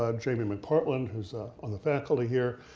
ah jamie mcpartland, who is on the faculty here,